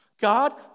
God